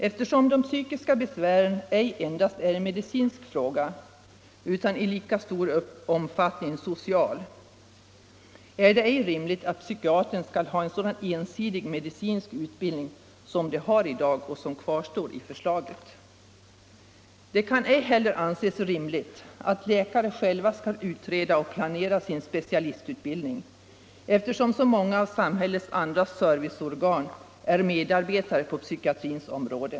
Eftersom de psykiska besvären ej endast är en medicinsk fråga utan i lika stor omfattning en social, är det ej rimligt att psykiater skall ha en sådan ensidig medicinsk utbildning som de har i dag och som kvarstår enligt förslaget. Det kan ej heller anses rimligt att läkare själva skall utreda och planera sin specialistutbildning, eftersom så många av samhällets andra serviceorgan är medarbetare på psykiatrins område.